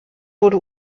wurde